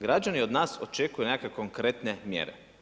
Građani od nas očekuju nekakve konkretne mjere.